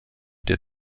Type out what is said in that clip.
der